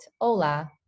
Ola